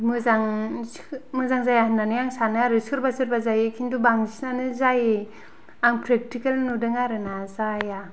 मोजां मोजां जाया होननानै आं सानो आरो सोरबा सोरबा जायो खिन्थु बांसिनआनो जायि आं प्रेकटिकेल नुदों आरो ना जाया